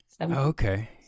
Okay